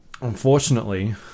Unfortunately